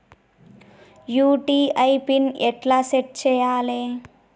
UPI PIN ఎట్లా set చేయాలే?